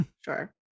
Sure